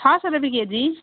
छ सौ रुपियाँ केजी